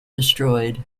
destroyed